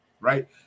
right